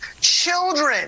children